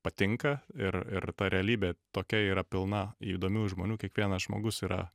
patinka ir ir ta realybė tokia yra pilna įdomių žmonių kiekvienas žmogus yra